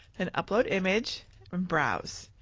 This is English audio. and upload image and browse.